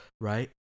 right